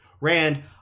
Rand